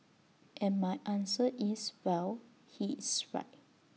and my answer is well he's right